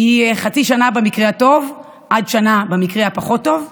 היא חצי שנה במקרה הטוב עד שנה במקרה הפחות-טוב.